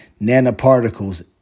nanoparticles